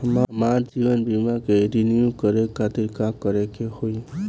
हमार जीवन बीमा के रिन्यू करे खातिर का करे के होई?